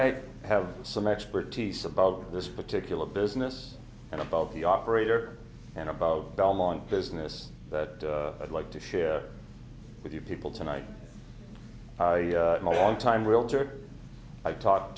i have some expertise about this particular business and about the operator and about belmont business but i'd like to share with you people tonight long time realtor i've talked